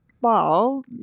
ball